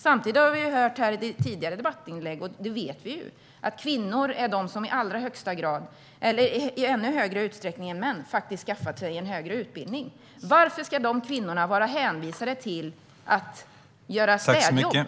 Samtidigt har vi i tidigare debattinlägg hört att kvinnor i större utsträckning än män skaffar sig en högre utbildning. Varför ska de kvinnorna vara hänvisade till att göra städjobb?